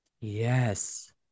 Yes